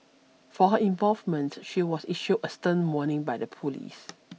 for her involvement she was issued a stern warning by the police